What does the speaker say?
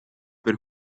per